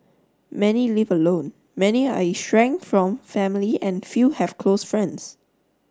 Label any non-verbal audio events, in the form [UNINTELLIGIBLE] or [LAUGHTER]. many live alone many are [UNINTELLIGIBLE] from family and few have close friends